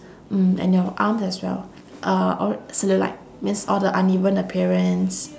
mm and your arms as well uh all cellulite means all the uneven appearance